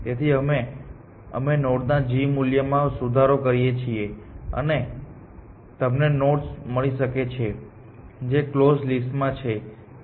તેથી અમે અમે નોડના g મૂલ્યોમાં સુધારો કરીએ છીએ અને તમને નોડ્સ મળી શકે છે જે કલોઝ લિસ્ટ માં છે